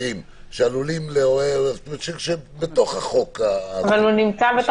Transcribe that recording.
ואנחנו הולכים לנתיב הפלילי שהוא תמיד נתיב שפחות טוב להגיע אליו ועדיף